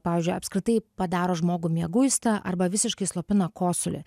pavyzdžiui apskritai padaro žmogų mieguistą arba visiškai slopina kosulį